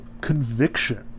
conviction